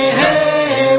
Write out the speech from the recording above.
hey